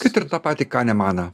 kad ir tą patį kanemaną